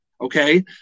okay